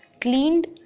cleaned